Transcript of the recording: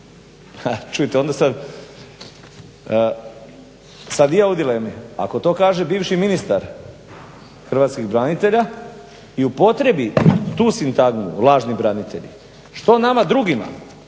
Čujte onda sam sad i ja u dilemi, ako to kaže bivši ministar hrvatskih branitelja i upotrijebi tu sintagmu lažni branitelji, što nama drugima